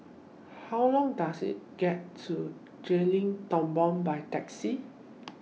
How Long Does IT get to Tepong By Taxi